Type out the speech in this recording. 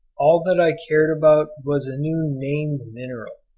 all that i cared about was a new named mineral,